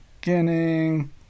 beginning